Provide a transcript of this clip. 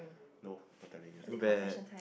no not telling you too bad